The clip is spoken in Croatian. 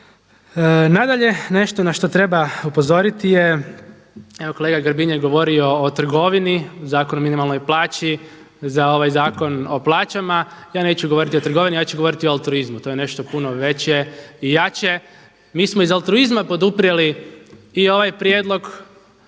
Nadalje, nešto na što treba upozoriti je, evo kolega Grbin je govorio o trgovini, Zakon o minimalnoj plaći za ovaj Zakon o plaćama, ja neću govoriti o trgovini ja ću govoriti o altruizmu to je nešto puno veće i jače. Mi smo iz altruizma poduprijeli i ovaj prijedlog